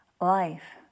life